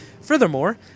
Furthermore